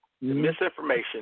misinformation